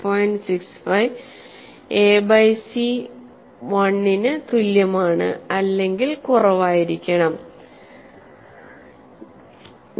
65 A by C 1 ന് തുല്യമാണ് അല്ലെങ്കിൽ കുറവായിരിക്കാണം